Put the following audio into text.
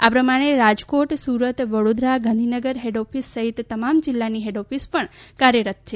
આ પ્રમાણે રાજકોટ સુરત વડોદરા ગાંધીનગર હેડઓફિસ સહિત તમામ જિલ્લાની હેડઓફિસ પણ કાર્યરત છે